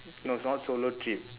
no it's not solo trip